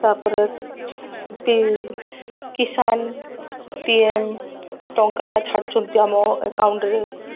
ତା'ପରେ P Kisan P M ଟଙ୍କାଟା ଛାଡ଼ୁଛନ୍ତି ଆମ ଏକାଉଣ୍ଟରେ